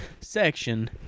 section